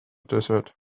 desert